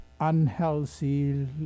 unhealthy